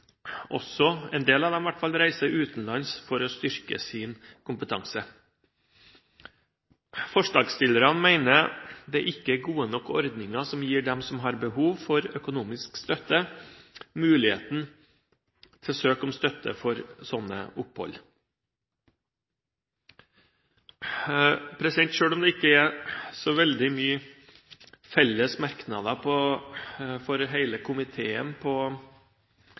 også – en del av dem i hver fall – reiser utenlands for å styrke sin kompetanse. Forslagsstillerne mener det ikke er gode nok ordninger som gir dem som har behov for økonomisk støtte, muligheten til å søke om støtte til slike opphold. Selv om det ikke er så mange felles merknader fra hele komiteen